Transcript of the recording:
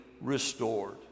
restored